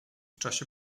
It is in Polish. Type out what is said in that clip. czasie